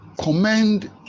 commend